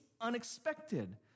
unexpected